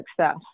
success